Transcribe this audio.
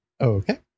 Okay